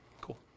Cool